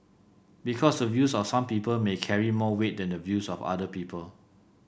because the views of some people may carry more weight than the views of other people